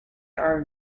are